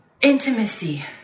intimacy